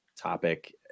topic